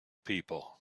people